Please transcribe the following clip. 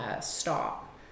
stop